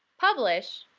publish,